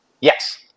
Yes